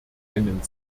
einen